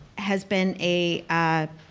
has been a,